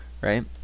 right